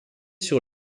sur